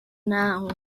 now